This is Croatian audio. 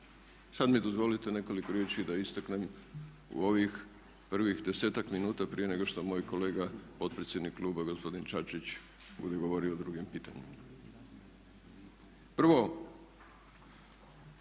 Sad mi dozvolite nekoliko riječi da istaknem u ovih prvih 10-ak minuta prije nego što moj kolega potpredsjednik kluba gospodin Čačić bude govorio o drugim pitanjima. Prvo,